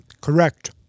Correct